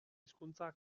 hizkuntza